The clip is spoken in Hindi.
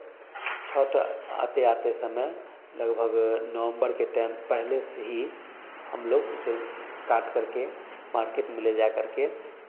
छठ आते आते समय लगभग नवंबर के टाइम पहले से ही हम लोग उसे काट करके मार्केट में ले जाकर कर के